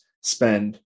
spend